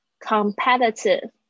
competitive